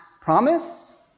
promise